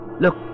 Look